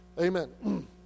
amen